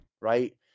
right